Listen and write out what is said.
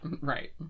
right